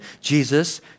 Jesus